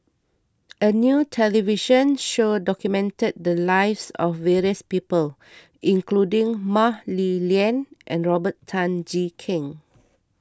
a new television show documented the lives of various people including Mah Li Lian and Robert Tan Jee Keng